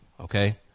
okay